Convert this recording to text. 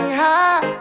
high